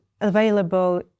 available